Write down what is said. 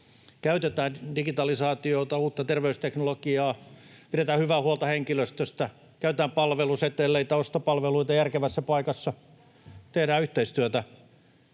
Käytetään digitalisaatiota, uutta terveysteknologiaa, pidetään hyvää huolta henkilöstöstä. Käytetään palveluseteleitä, ostopalveluita järkevässä paikassa. Tehdään yhteistyötä.